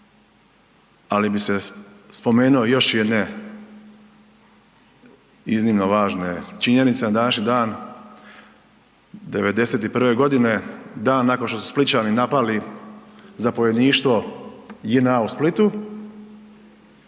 ali bih se spomenuo još jedne iznimno važne činjenice, na današnji dan '91.godine dan nakon što su Splićani napali zapovjedništvo JNA u Splitu,